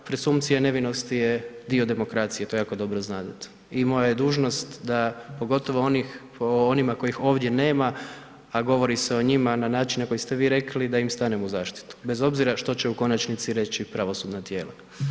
Presumpcije nevinosti je dio demokracije, to jako dobro znadete i moja je dužnost da pogotovo o onima kojih ovdje nema, a govori se o njima na način na koji ste vi rekli da im stanem u zaštitu bez obzira što će u konačnici reći pravosudna tijela.